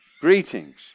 greetings